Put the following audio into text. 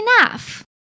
enough